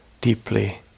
deeply